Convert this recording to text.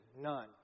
None